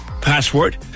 password